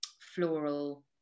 floral